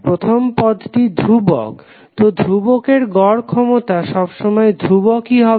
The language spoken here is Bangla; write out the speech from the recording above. প্রথম পদটি ধ্রুবক তো ধ্রুবকের গড় ক্ষমতা সবসময় ধ্রুবক ই হবে